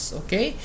okay